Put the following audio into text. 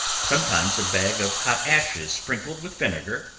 sometimes a bag of hot ashes sprinkled with vinegar,